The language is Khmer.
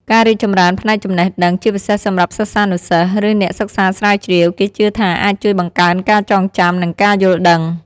ការរីកចម្រើនផ្នែកចំណេះដឹង ជាពិសេសសម្រាប់សិស្សានុសិស្ស ឬអ្នកសិក្សាស្រាវជ្រាវ គេជឿថាអាចជួយបង្កើនការចងចាំ និងការយល់ដឹង។